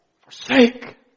forsake